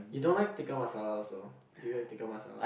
you don't like Tikka Masala also do you like Tikka Masala